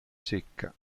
secca